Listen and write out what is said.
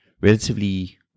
relatively